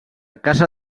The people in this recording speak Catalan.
caça